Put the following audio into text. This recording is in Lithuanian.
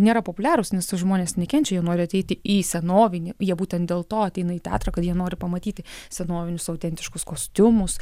nėra populiarūs nes žmonės nekenčia jie nori ateiti į senovinį jie būtent dėl to ateina į teatrą kad jie nori pamatyti senovinius autentiškus kostiumus